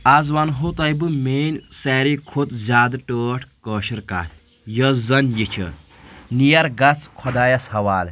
آز ونہو تۄہہِ بہٕ میٲنۍ سارِی کھۄتہٕ زیادٕ ٹٲٹھ کٲشِر کتھ یۄس زن یہِ چھِ نیر گژھ خۄدایس حوالہٕ